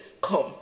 come